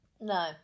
No